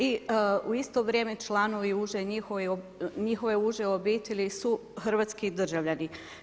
I u isto vrijeme članovi njihove uže obitelji su hrvatski državljani.